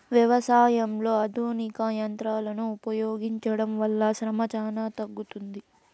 వ్యవసాయంలో ఆధునిక యంత్రాలను ఉపయోగించడం వల్ల శ్రమ చానా తగ్గుతుంది